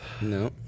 No